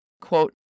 quote